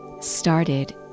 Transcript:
started